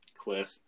Cliff